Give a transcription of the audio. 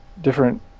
different